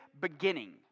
beginning